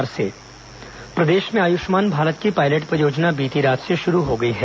आयुष्मान भारत योजना प्रदेश में आयुष्मान भारत की पायलट परियोजना बीती रात से शुरू हो गई है